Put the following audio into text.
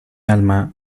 alma